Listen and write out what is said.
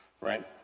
right